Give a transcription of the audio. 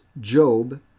Job